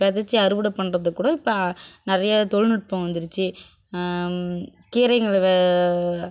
விதச்சி அறுவடை பண்ணுறதுக்கூட இப்போ நிறைய தொழில்நுட்பம் வந்துடுச்சி கீரைங்களை வே